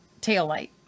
taillight